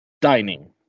dining